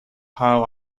how